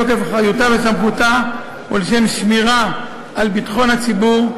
מתוקף אחריותה וסמכותה ולשם שמירה על ביטחון הציבור,